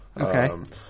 Okay